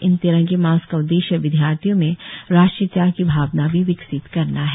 इन तिरंगे मास्क का उद्देश्य विद्यार्थियों में राष्ट्रीयता की भावना भी विकसित करना है